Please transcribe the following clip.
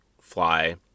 fly